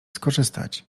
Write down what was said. skorzystać